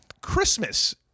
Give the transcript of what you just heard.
Christmas